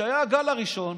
כשהיה הגל הראשון